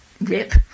rip